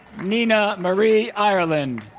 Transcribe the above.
nina marie ireland